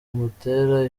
umutera